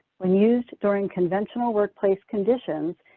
when used during conventional workplace conditions,